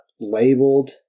labeled